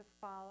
follow